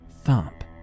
thump